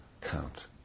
count